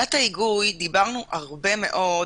בוועדת ההיגוי דיברנו הרבה מאוד